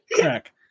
crack